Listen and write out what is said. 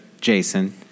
Jason